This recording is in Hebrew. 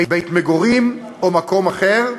בית-מגורים או מקום אחר,